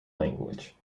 language